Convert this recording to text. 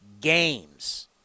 games